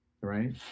right